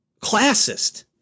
Classist